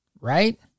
right